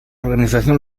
organización